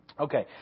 Okay